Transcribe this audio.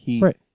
Right